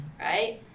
right